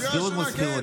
שכירות מול שכירות,